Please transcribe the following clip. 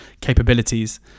capabilities